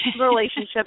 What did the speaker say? relationship